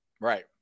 Right